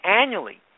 annually